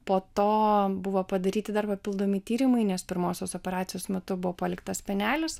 po to buvo padaryti dar papildomi tyrimai nes pirmosios operacijos metu buvo paliktas spenelis